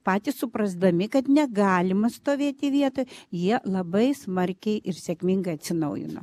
patys suprasdami kad negalima stovėti vietoj jie labai smarkiai ir sėkmingai atsinaujino